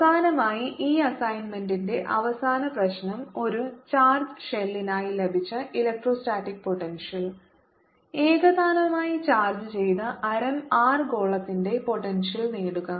അവസാനമായി ഈ അസൈന്മെന്റിന്റെ അവസാന പ്രശ്നം ഒരു ചാർജ് ഷെല്ലി നായി ലഭിച്ച ഇലക്ട്രോസ്റ്റാറ്റിക് പോട്ടെൻഷ്യൽ ഏകതാനമായി ചാർജ്ജ് ചെയ്ത ആരം r ഗോളത്തിന്റെ പോട്ടെൻഷ്യൽ നേടുക